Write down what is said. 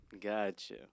Gotcha